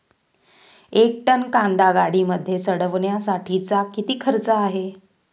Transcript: एक टन कांदा गाडीमध्ये चढवण्यासाठीचा किती खर्च आहे?